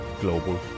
global